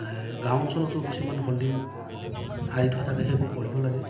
গাঁও অঞ্চলতো কিছুমান আঁৰি থোৱা থাকে সেইবোৰ পঢ়িব লাগে